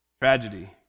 Tragedy